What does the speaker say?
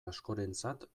askorentzat